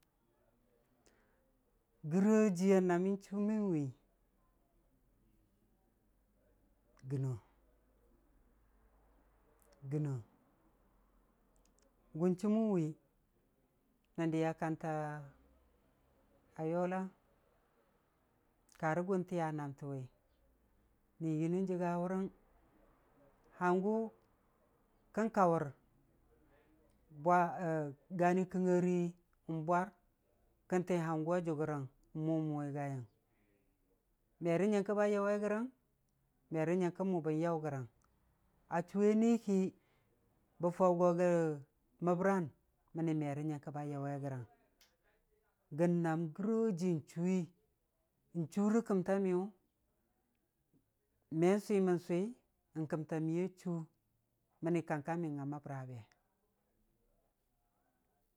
Gɨrojiiya nammi chuuman wi, gɨnno, gɨnno, gʊn chuumən wi, nən diya kanta a yola, karə gʊn tiya namtə wi, nən yɨgii nən jəga wʊrang, hangʊ kən kawʊr, bwa gani kɨngrii, n'bwar, kən ti hangʊ a jʊgʊrəng mʊmʊwi gaiyəng, me rə nyəngkə ba yaʊwe, gərəng me rə nyəngkə mʊ bən yar gərəng, ə chuuwe niki, bə faʊ go gə məbran məni merə nyəngkə ba yaʊwe gərəng, gən nam gɨroji chuuwi, n'chuu rə kəmta miyʊ, me swimən- swi, n'kəmta miyuwa chuu, mənni kang ka miyəng a məbra be.